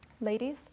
Ladies